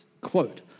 quote